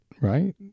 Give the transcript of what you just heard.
right